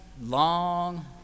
long